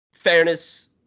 Fairness